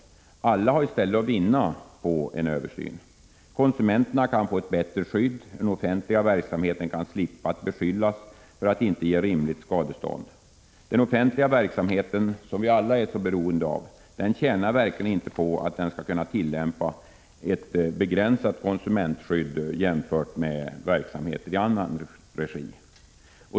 Alla har i stället allt att vinna på en översyn. Konsumenterna kan få ett bättre skydd, och den offentliga verksamheten slipper att beskyllas för att inte ge rimligt skadestånd. Den offentliga verksamheten, som vi alla är så beroende av, tjänar verkligen inte på att man inom denna verksamhet skall tillämpa ett begränsat konsumentskydd jämfört med verksamheter i annan regi.